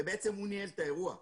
ובעצם הוא ניהל את האירוע.